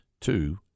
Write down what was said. two